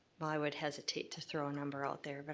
well, i would hesitate to throw a number out there, but